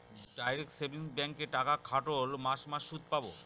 direct savings ব্যাঙ্কে টাকা খাটোল মাস মাস সুদ পাবো